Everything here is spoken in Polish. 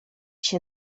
się